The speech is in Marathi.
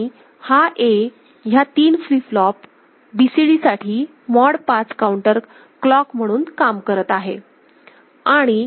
आणि हा A ह्या तीन फ्लीप फ्लॉप BCD साठीमॉड 5 काउंटर क्लॉक म्हणून काम करत आहे